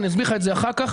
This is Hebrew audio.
אני אסביר לך את זה אחר כך.